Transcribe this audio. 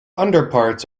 underparts